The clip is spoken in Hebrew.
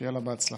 שיהיה לה בהצלחה.